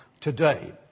today